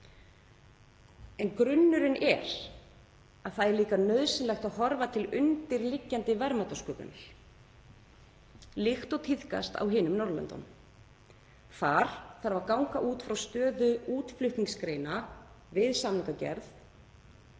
í. Grunnurinn er, og líka nauðsynlegt, að horfa til undirliggjandi verðmætasköpunar líkt og tíðkast á hinum Norðurlöndunum. Þar þarf að ganga út frá stöðu útflutningsgreina við samningagerð.